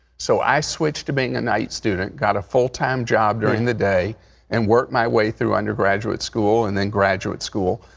so i switched to being a night student, got a full-time job during the day and worked my way through undergraduate school and then graduate school.